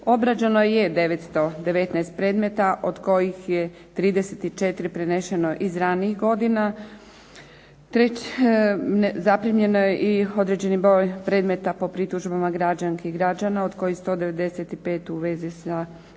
Obrađeno je 919 predmeta, od kojih je 34 prenešeno iz ranijih godina. Zaprimljen je i određeni broj predmeta po pritužbama građanki i građana od kojih 195 u vezi sa